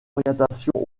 orientation